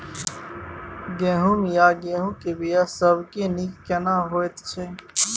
गहूम या गेहूं के बिया सबसे नीक केना होयत छै?